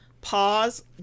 pause